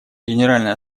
генеральная